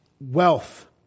wealth